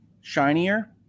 shinier